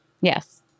Yes